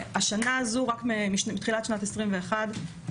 השנה הזו, רק מתחילת שנת 21',